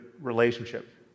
relationship